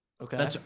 Okay